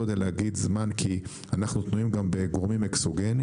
אני לא יודע להגיד זמן כי אנחנו תלויים גם בגורמים אקסוגניים.